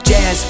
Jazz